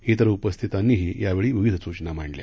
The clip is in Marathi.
इतर उपस्थितांनीही यावेळी विविध सूचना मांडल्या